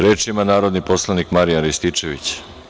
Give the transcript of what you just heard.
Reč ima narodni poslanik Marijan Rističević.